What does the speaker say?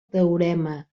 teorema